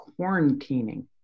quarantining